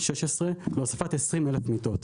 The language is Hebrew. להוספת 20,000 מיטות.